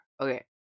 Okay